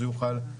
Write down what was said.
הוא יוכל להוסיף.